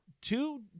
two